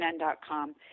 CNN.com